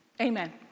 Amen